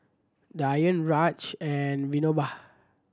Dhyan Raja and Vinoba